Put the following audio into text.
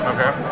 Okay